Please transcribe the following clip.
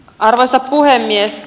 arvoisa puhemies